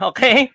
Okay